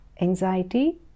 anxiety